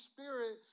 Spirit